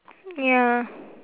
ya